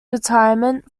retirement